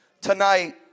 tonight